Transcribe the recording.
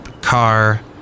Car